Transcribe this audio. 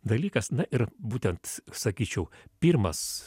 dalykas na ir būtent sakyčiau pirmas